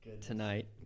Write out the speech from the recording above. tonight